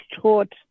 taught